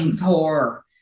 horror